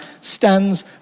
stands